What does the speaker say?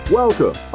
welcome